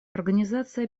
организация